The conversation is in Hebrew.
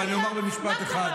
אבל אני אומר במשפט אחד.